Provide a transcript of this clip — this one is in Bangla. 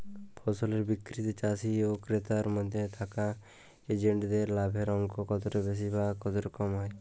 ফসলের বিক্রিতে চাষী ও ক্রেতার মধ্যে থাকা এজেন্টদের লাভের অঙ্ক কতটা বেশি বা কম হয়?